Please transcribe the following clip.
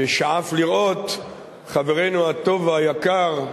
ששאף לראות חברנו הטוב והיקר,